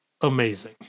amazing